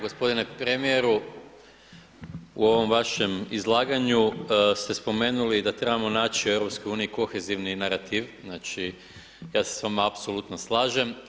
Gospodine premijeru, u ovom vašem izlaganju ste spomenuli da trebamo naći u EU kohezivni narativ, znači, ja se s vama apsolutno slažem.